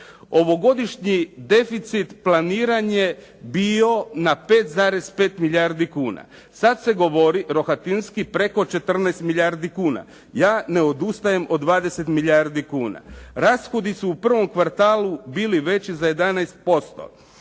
Ovogodišnji deficit planiran je bio na 5,5 milijardi kuna. Sad se govori Rohatinski preko 14 milijardi kuna. Ja ne odustajem od 20 milijardi kuna. Rashodi su u prvom kvartalu bili veći za 11%.